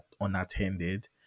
unattended